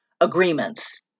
agreements